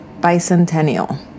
Bicentennial